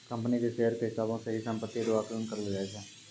company के share के हिसाबौ से ही सम्पत्ति रो आकलन करलो जाय छै